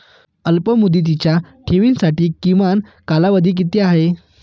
अल्पमुदतीच्या ठेवींसाठी किमान कालावधी किती आहे?